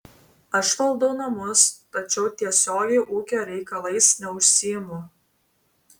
aš valdau namus tačiau tiesiogiai ūkio reikalais neužsiimu